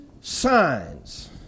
signs